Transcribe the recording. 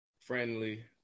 Friendly